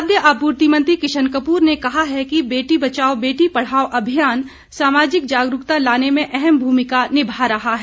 खाद्य आपूर्ति मंत्री किशन कपूर ने कहा है कि बेटी बचाओ बेटी पढ़ाओ अभियान सामाजिक जागरूकता लाने में अहम भूमिका निभा रहा है